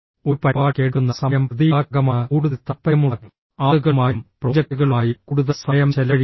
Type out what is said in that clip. ഒരു പരിപാടിക്ക് എടുക്കുന്ന സമയം പ്രതീകാത്മകമാണ് കൂടുതൽ താൽപ്പര്യമുള്ള ആളുകളുമായും പ്രോജക്റ്റുകളുമായും കൂടുതൽ സമയം ചെലവഴിക്കുന്നു